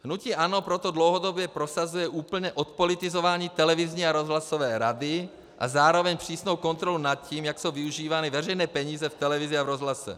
Hnutí ANO proto dlouhodobě prosazuje úplné odpolitizování televizní a rozhlasové rady a zároveň přísnou kontrolu nad tím, jak jsou využívány veřejné peníze v televizi a v rozhlase.